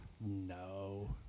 No